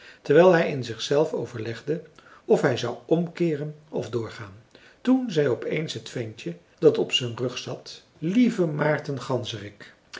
terwijl hij in zich zelf overlegde of hij zou omkeeren of doorgaan toen zei op eens t ventje dat op zijn rug zat lieve maarten